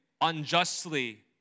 unjustly